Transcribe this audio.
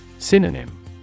Synonym